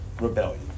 rebellion